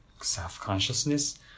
self-consciousness